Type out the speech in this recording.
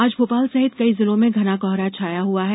आज भोपाल सहित कई जिलों में घना कोहरा छाया हुआ है